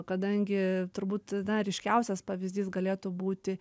kadangi turbūt na ryškiausias pavyzdys galėtų būti